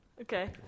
Okay